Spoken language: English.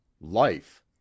Life